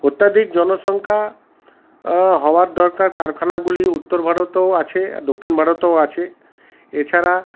অত্যাধিক জনসংখ্যা হওয়ার দরকার কারখানাগুলি উত্তর ভারতেও আছে দক্ষিণ ভারতেও আছে এছাড়া